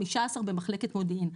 15 במחלקת מודיעין.